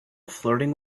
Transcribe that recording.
flirting